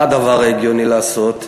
מה הדבר ההגיוני לעשות?